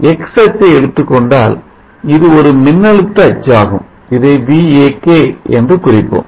X X அச்சை எடுத்துக் கொண்டால் இது ஒரு மின்னழுத்த அச்சாகும் இதை Vak என்று குறிப்போம்